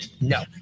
no